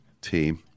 team